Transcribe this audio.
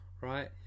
Right